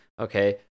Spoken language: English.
Okay